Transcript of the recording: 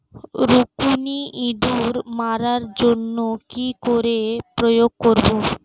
রুকুনি ইঁদুর মারার জন্য কি করে প্রয়োগ করব?